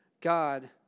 God